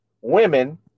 women